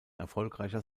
erfolgreicher